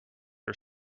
are